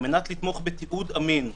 כדי לתמוך בתיעוד אמין.